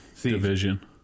division